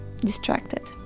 distracted